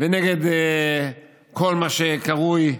ונגד כל מה שקרוי,